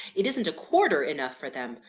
it isn't a quarter enough for them.